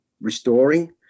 restoring